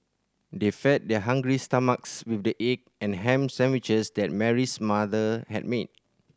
they fed their hungry stomachs with the egg and ham sandwiches that Mary's mother had made